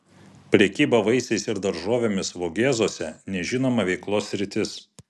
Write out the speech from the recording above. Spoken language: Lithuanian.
prekyba vaisiais ir daržovėmis vogėzuose nežinoma veiklos sritis